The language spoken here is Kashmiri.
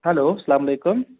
ہیلو اسَلامُ علیکُم